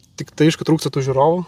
tiktai aišku trūksta tų žiūrovų